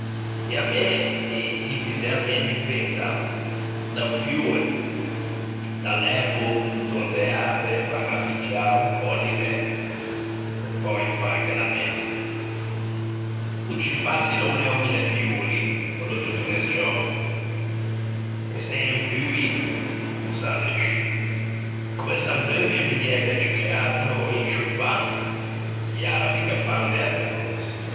I amê, i tipi de amê, dipendan da-o fiore, da l'erboo donde e ave van à piggiâ o pòlline pe pöi fâghe l'amê. O ciù façile o l'é o millefiori, quello tutto mescciou, se en pui costan de ciù. Comme s'addeuvia, mi diæ ciù che atro in sciô pan; i arabi ghe fan de atre cöse...